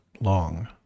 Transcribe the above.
long